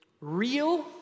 real